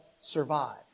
survive